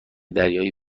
دریایی